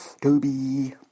Toby